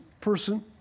person